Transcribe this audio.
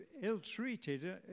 ill-treated